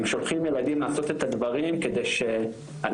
הם שולחים ילדים לעשות את הדברים כדי שלשב"כ